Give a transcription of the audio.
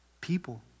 people